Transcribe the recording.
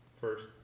first